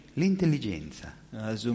l'intelligenza